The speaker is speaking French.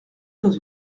dans